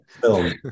film